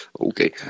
Okay